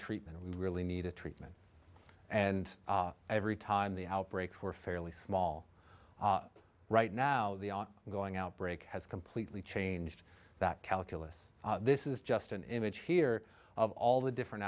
treatment we really need a treatment and every time the outbreaks were fairly small right now they are going outbreak has completely changed that calculus this is just an image here of all the different